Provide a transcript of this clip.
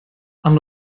amb